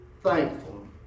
thankful